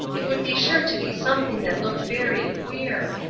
it would be sure to be something that looked very queer.